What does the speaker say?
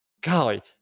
golly